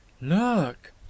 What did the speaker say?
look